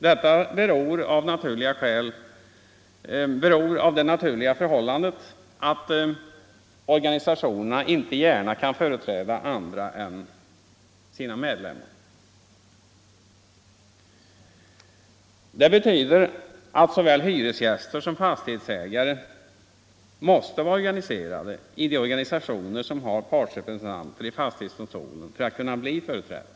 Detta sammanhänger med det naturliga förhållandet att organisationerna inte gärna kan företräda andra än sina medlemmar. Såväl hyresgäster som fastighetsägare måste alltså vara organiserade i de organisationer som har partsrepresentanter i fastighetsdomstolen för att kunna bli företrädda.